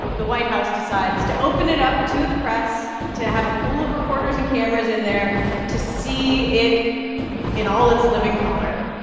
the white house decides to open it up to the press, to have a pool of reporters and cameras in there to see it in all its living color.